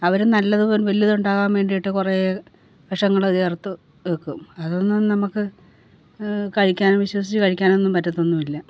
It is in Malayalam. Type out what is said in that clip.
അവർ നല്ലത് വല്ലതും ഉണ്ടാവാന് വേണ്ടിയിട്ട് കുറേ വിഷങ്ങൾ ചേര്ത്ത് വെക്കും അതൊന്നും നമുക്ക് കഴിക്കാന് വിശ്വസിച്ച് കഴിക്കാനൊന്നും പറ്റത്തൊന്നും ഇല്ല